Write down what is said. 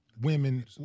Women